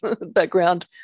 background